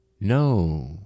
No